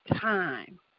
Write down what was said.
time